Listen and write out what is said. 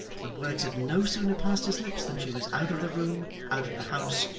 for the words had no sooner passed his lips than she was out of the room, out of the house,